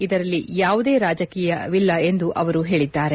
ಇದರಲ್ಲಿ ಯಾವುದೇ ರಾಜಕೀಯವಿಲ್ಲ ಎಂದು ಹೇಳಿದ್ದಾರೆ